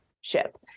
ship